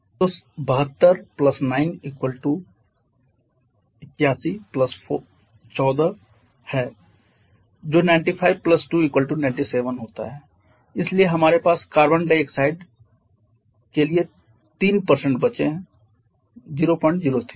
तो 72 9 81 14 है जो 95 2 97 होता है इसलिए हमारे पास कार्बन डाइऑक्साइड के लिए 3 बचे 003 हैं